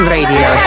Radio